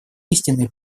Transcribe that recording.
истинные